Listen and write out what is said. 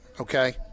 Okay